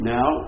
Now